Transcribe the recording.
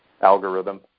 algorithm